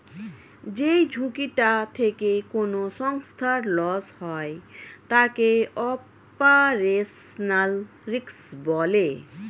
যেই ঝুঁকিটা থেকে কোনো সংস্থার লস হয় তাকে অপারেশনাল রিস্ক বলে